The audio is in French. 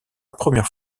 première